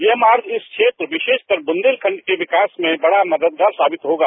यह मार्ग उस क्षेत्र विशेषकर बुंदेलखंड के विकास में बड़ा मददगार साबित होगा